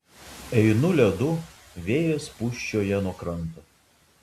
einu ledu vėjas pūsčioja nuo kranto